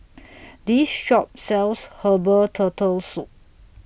This Shop sells Herbal Turtle Soup